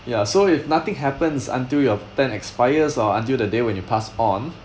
ya so if nothing happens until your plan expires or until the day when you pass on